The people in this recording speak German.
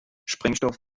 sprengstoff